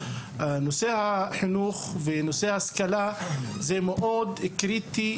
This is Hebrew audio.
נושא החינוך ונושא ההשכלה קריטי,